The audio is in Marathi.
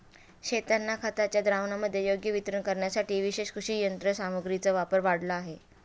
शेतांना खताच्या द्रावणाचे योग्य वितरण करण्यासाठी विशेष कृषी यंत्रसामग्रीचा वापर वाढला आहे